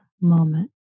moment